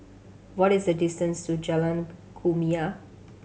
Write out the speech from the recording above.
what is the distance to Jalan Kumia